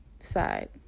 side